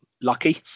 lucky